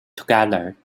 together